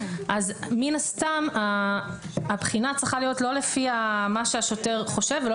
מן הסתם הבחינה צריכה להיות לא לפי מה שהשוטר חושב ולא